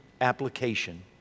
application